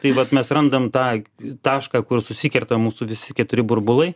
tai vat mes randam tą tašką kur susikerta mūsų visi keturi burbulai